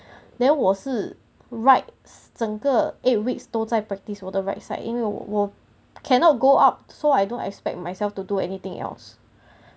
then 我是 rights 整个 eight weeks 都在 practice 我 the right side 因为我我 cannot go up so I don't expect myself to do anything else